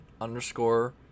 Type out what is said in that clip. underscore